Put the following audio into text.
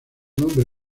nombre